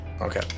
Okay